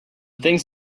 things